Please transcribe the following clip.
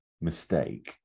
mistake